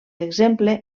exemple